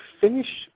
finish